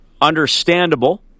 understandable